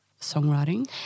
songwriting